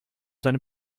seinen